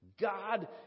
God